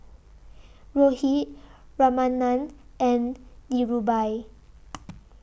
Rohit Ramanand and Dhirubhai